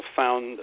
found